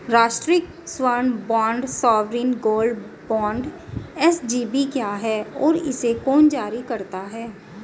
राष्ट्रिक स्वर्ण bond sovereign gold bond SGB क्या है और इसे कौन जारी करता है?